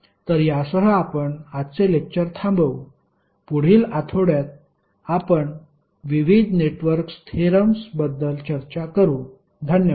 तर यासह आपण आजचे लेक्टर थांबवु पुढील आठवड्यात आपण विविध नेटवर्क्स थेरम्स बद्दल चर्चा करू धन्यवाद